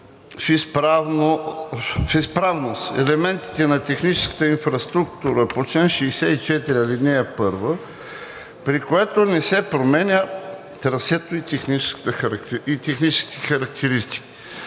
в изправност на елементите на техническата инфраструктура по чл. 64, ал. 1, при които не се променят трасето и техническите характеристики.“